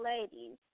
ladies